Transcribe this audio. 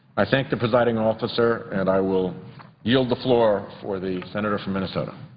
i thank the presiding officer, and i will yield the floor for the senator from minnesota.